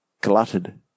glutted